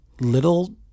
Little